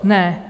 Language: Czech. Ne.